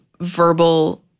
verbal